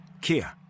Kia